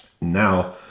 Now